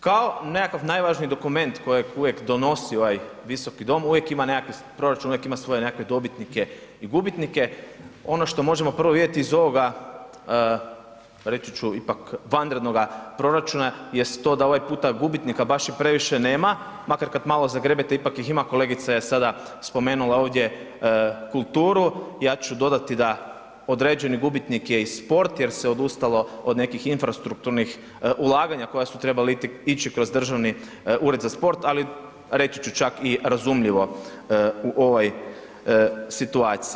Kao nekakav najvažniji dokument kojeg uvijek donosi ovaj Visoki dom, uvijek ima nekakvih proračuna, uvijek ima nekakve svoje dobitnike i gubitnike, ono što možemo prvo vidjeti iz ovoga reći ću ipak vanrednoga proračuna jest to da ovaj puta gubitnika baš i previše nema makar kad malo zagrebete, ipak ih ima, kolegica je sada spomenula ovdje kulturu, ja ću dodati da određeni gubitnik je i sport jer se odustalo od nekih infrastrukturnih ulaganja koja su trebala ići kroz Državnu red za sport ali reći ću čak i razumljivo u ovoj situaciji.